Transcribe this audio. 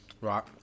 Right